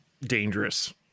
dangerous